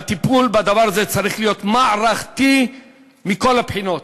הטיפול בדבר הזה צריך להיות מערכתי מכל הבחינות,